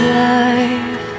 life